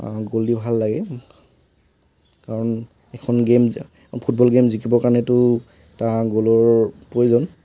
গ'ল দি ভাল লাগে কাৰণ এখন গেইম ফুটবল গেইম জিকিব কাৰণেতো তাত গ'লৰ প্ৰয়োজন